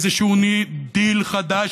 איזשהו דיל חדש,